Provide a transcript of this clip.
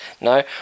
No